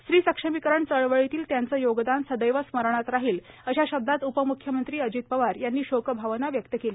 स्त्री सक्षमीकरण चळवळीतील त्यांचे योगदान सदैव स्मरणात राहील अशा शब्दात उपमुख्यमंत्री अजित पवार यांनी शोकभावना व्यक्त केल्या